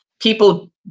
people